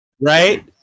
Right